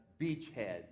beachhead